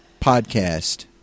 podcast